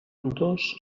dos